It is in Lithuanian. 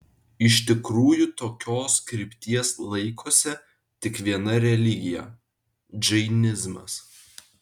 iš tikrųjų tokios krypties laikosi tik viena religija džainizmas